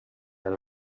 els